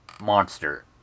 monster